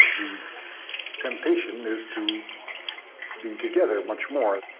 the temptation is to be together much more.